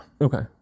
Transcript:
Okay